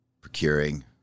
procuring